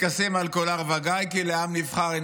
טקסים על כל הר וגיא / כי לעם נבחר אין